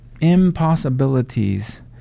impossibilities